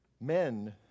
Men